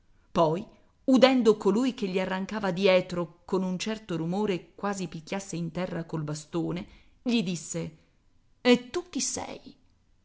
poi udendo colui che gli arrancava dietro con un certo rumore quasi picchiasse in terra col bastone gli disse e tu chi sei